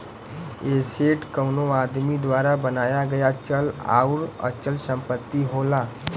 asset कउनो आदमी द्वारा बनाया गया चल आउर अचल संपत्ति होला